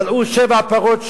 בלעו שבע פרות שמנות,